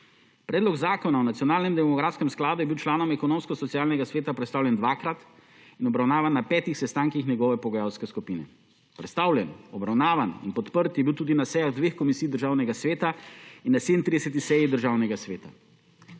Predlog zakona o nacionalnem demografskem skladu je bil članom ekonomsko-socialnega sveta predstavljen dvakrat in obravnavan na petih sestankih njegove pogajalske skupine. Predstavljen, obravnavan in podprt je bil tudi na dveh sejah Državnega sveta in na 37. seji Državnega sveta.